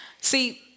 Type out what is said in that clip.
See